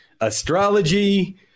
astrology